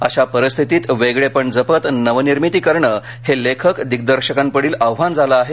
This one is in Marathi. अशा परिस्थितीत वेगळेपण जपत नवनिर्मिती करणे हे लेखक दिग्दर्शकांपुढील आव्हान झाले आहे